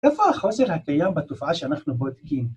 איפה החוסר הקיים בתופעה שאנחנו בודקים?